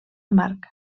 amarg